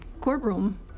courtroom